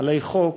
עלי חוק